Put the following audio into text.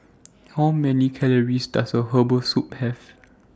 How Many Calories Does A Serving of Herbal Soup Have